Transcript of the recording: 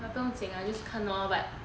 不用紧啦 just 看咯 but